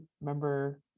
remember